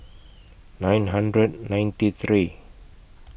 nine hundred ninety three